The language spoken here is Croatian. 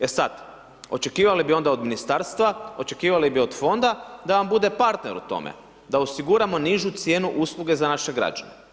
E sad, očekivali bi onda od Ministarstva, očekivali bi od Fonda da vam bude partner u tome, da osiguramo nižu cijenu usluge za naše građane.